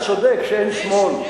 אתה צודק שאין שמאל.